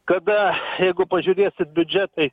kada jeigu pažiūrėsit biudžetai